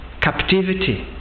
captivity